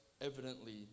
evidently